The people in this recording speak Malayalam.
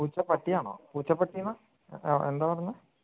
പൂച്ച പട്ടിയാണോ പൂച്ച പട്ടിയാണോ ആ എന്താണ് പറഞ്ഞത്